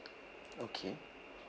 okay